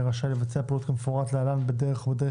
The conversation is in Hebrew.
יהיה רשאי לבצע פעולות כמפורט להלן בדרך או בדרך